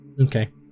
Okay